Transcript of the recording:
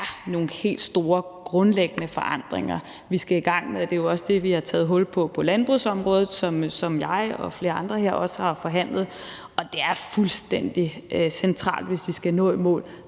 nogle helt store grundlæggende forandringer, vi skal i gang med. Det er jo også det, vi har taget hul på på landbrugsområdet, som jeg og flere andre her også har forhandlet, og det er fuldstændig centralt, hvis vi skal nå i mål.